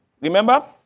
Remember